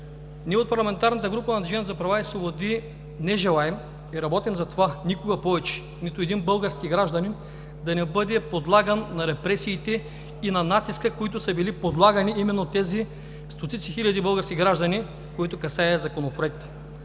за права и свободи“ не желаем и работим за това никога повече нито един български гражданин да не бъде подлаган на репресиите и на натиска, на които са били подлагани именно тези стотици хиляди български граждани, които касае Законопроектът.